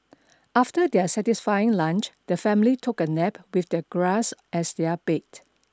after their satisfying lunch the family took a nap with the grass as their bed